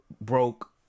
broke